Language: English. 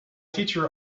teacher